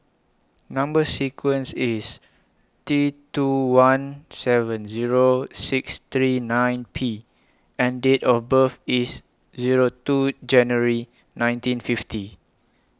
Number sequence IS T two one seven Zero six three nine P and Date of birth IS Zero two January nineteen fifty